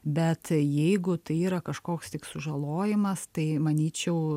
bet jeigu tai yra kažkoks tik sužalojimas tai manyčiau